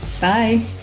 Bye